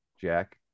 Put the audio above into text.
Jack